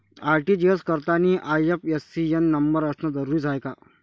RTGS करतांनी IFSC न number असनं जरुरीच हाय का?